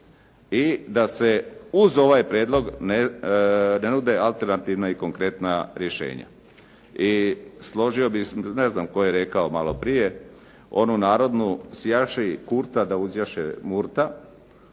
i da se uz ovaj prijedlog ne nude alternativna i konkretna rješenja. I složio bih se, ne znam tko je rekao malo prije, onu narodni „sjaši kurta, da uzajaše murta“,